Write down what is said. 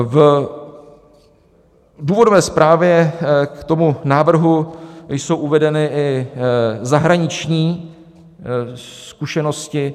V důvodové zprávě k tomu návrhu jsou uvedeny i zahraniční zkušenosti.